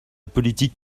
politique